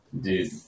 dude